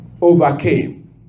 overcame